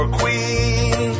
queen